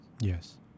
Yes